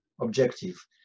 objective